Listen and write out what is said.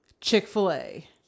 chick-fil-a